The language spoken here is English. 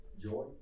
Joy